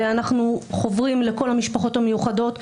ואנחנו חוברים לכל המשפחות המיוחדות,